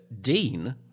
dean